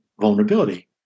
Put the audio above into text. vulnerability